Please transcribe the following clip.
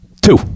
Two